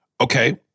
Okay